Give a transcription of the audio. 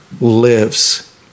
lives